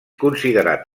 considerat